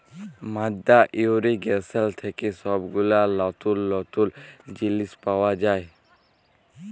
মাদ্দা ইর্রিগেশন থেক্যে সব গুলা লতুল লতুল জিলিস পাওয়া যায়